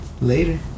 later